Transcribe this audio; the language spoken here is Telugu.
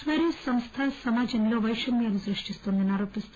స్పీరోస్ సంస్ద సమాజంలో వైషమ్యాలు సృష్టిన్తోందని ఆరోపిస్తూ